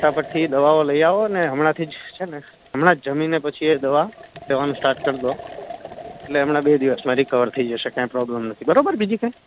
ફટાફટથી દવાઓ લઇ આવો ને હમણાં જ છે ને હમણાં જ જમીને પછી એ દવા લેવાનું સ્ટાર્ટ કરી દો એટલે હમણાં બે દિવસમાં રીકવર થઇ જશે કંઈ પ્રોબ્લેમ નથી બરાબર બીજી